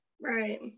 right